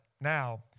now